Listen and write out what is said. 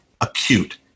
acute